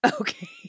okay